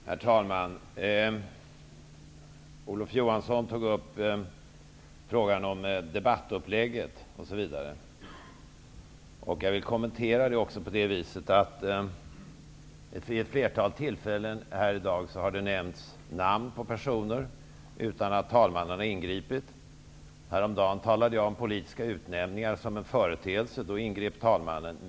Herr talman! Ja, det är precis vad det gör just nu. Mycket av det som Olof Johansson sade stämmer.